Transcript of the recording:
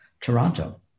Toronto